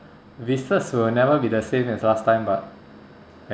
business will never be the same as last time but